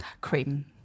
cream